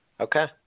Okay